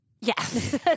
Yes